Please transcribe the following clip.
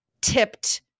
tipped